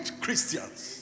Christians